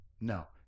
No